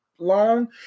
Long